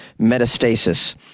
metastasis